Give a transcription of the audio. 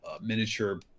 miniature